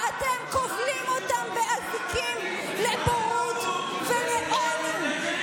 ואתם כובלים אותם באזיקים לבורות ולעוני.